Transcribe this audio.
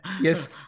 Yes